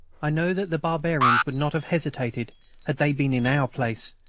i know that the barbarians would not have hesitated had they been in our place,